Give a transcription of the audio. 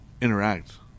interact